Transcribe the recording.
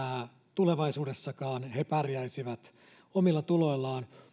tulevaisuudessakaan he pärjäisivät omilla tuloillaan